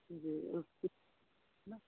जी